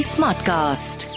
Smartcast